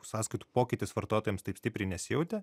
sąskaitų pokytis vartotojams taip stipriai nesijautė